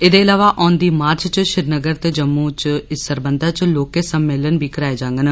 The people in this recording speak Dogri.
एह्दे इलावा औदी मार्च च श्रीनगर ते जम्मू च इस सरबंधी च लोहके सम्मेलन बी कराए जाइन